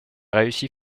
réussit